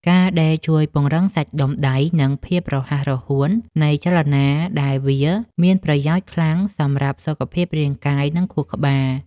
ការដេរជួយពង្រឹងសាច់ដុំដៃ និងភាពរហ័សរហួននៃចលនា ដែលវាមានប្រយោជន៍ខ្លាំងសម្រាប់សុខភាពរាងកាយ និងខួរក្បាល។